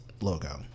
logo